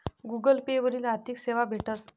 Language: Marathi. गुगल पे वरी आर्थिक सेवा भेटस